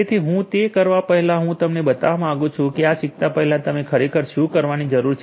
તેથી હું તે કરવા પહેલાં હું તમને બતાવવા માગું છું કે આ શીખતા પહેલાં તમને ખરેખર શું કરવાની જરૂર છે